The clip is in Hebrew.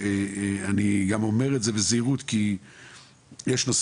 אני גם אומר את זה בזהירות כי יש נושא